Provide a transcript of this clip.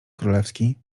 królewski